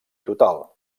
total